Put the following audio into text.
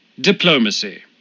Diplomacy